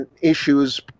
issues